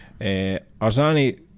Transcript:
Arzani